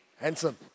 handsome